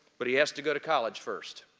but he has to go to college first.